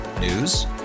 News